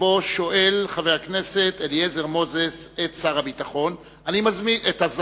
שואל חבר הכנסת אליעזר מוזס את השר לביטחון פנים.